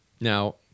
Now